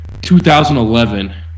2011